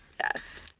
yes